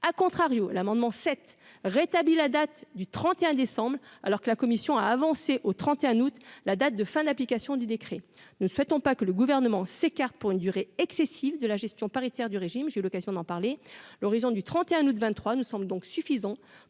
à contrario, l'amendement 7 rétabli la date du 31 décembre alors que la commission a avancé au 31 août la date de fin d'application du décret ne souhaitons pas que le gouvernement s'écarte pour une durée excessive de la gestion paritaire du régime, j'ai eu l'occasion d'en parler, l'horizon du 31 août 23 nous semble donc suffisant